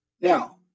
Now